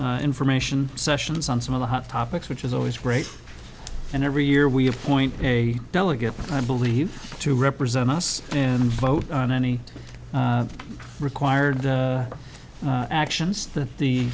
information sessions on some of the hot topics which is always great and every year we appoint a delegate i believe to represent us and vote on any required actions that the